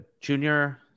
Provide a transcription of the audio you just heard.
junior